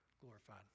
glorified